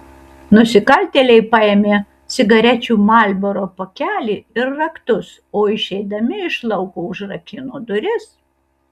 nusikaltėliai paėmė cigarečių marlboro pakelį ir raktus o išeidami iš lauko užrakino duris